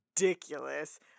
ridiculous